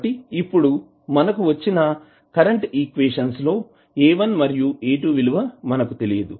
కాబట్టి ఇప్పుడు మనకు వచ్చిన కరెంటు ఈక్వేషన్స్ లో A 1 మరియు A 2 విలువ మనకు తెలియదు